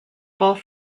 both